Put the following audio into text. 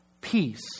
peace